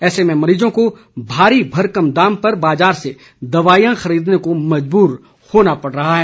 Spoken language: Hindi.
ऐसे में मरीजों को भारी भरकम दाम पर बाजार से दवाईयां खरीदने को मजबूर होना पड़ रहा है